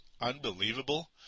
unbelievable